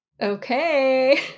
Okay